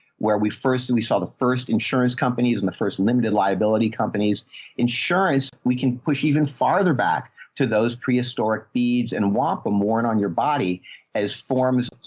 where we first, we saw the first insurance companies and the first limited liability companies insurance, we can push even farther back to those prehistoric beads and walk them worn on your body as forms, ah,